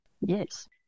yes